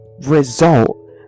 result